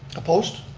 opposed?